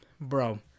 Bro